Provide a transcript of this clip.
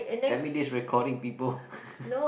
send me this recording people